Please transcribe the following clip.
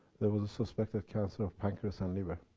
there was a suspected cancer of pancreas and liver.